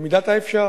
במידת האפשר.